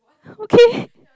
okay